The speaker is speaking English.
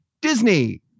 Disney